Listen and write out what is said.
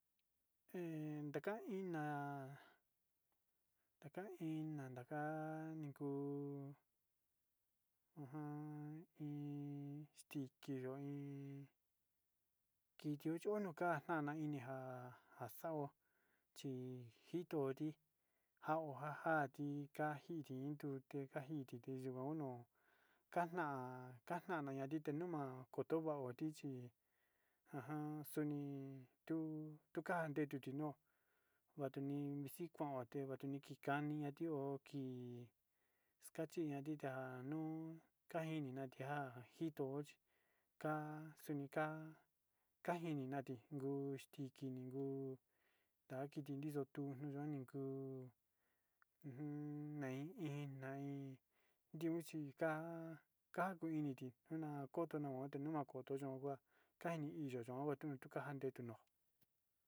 He daka iná, ndaka iná ndaka nikuu ujun iin tixki yo'o iin kitiyo chionokan iin ñanjan kaxaó chi njitoti njao kakanti ka'a kanjinti tute kanjinti ka'a kit kuan ono'o kana'a kanana nakitenuma okoto nguoti chí ajan xoni tutu ka'a ndetuu no'o vanii mixiku vatini tika'a nio atio kii, exkachi na'a tita kuu kakini ña'a tunja'a anjito chi ka'a nikka kanjini nati ngutukiti nguu akiti nii xutu kanika kuu ujun nei iin na iin ndevichi ka'a akuiniti nuna akotonoa koto teyoua kanini iin yo'o yon kuatu tuka tetono.